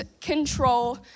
control